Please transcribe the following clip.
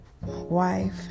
wife